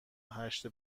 هشت